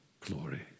glory